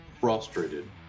frustrated